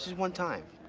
one time.